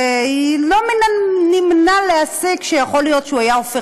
לא מן הנמנע להסיק שיכול להיות שהוא אולי היה הופך